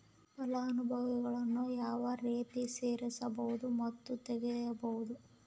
ಫಲಾನುಭವಿಗಳನ್ನು ಯಾವ ರೇತಿ ಸೇರಿಸಬಹುದು ಮತ್ತು ತೆಗೆಯಬಹುದು?